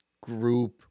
group